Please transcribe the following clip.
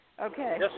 Okay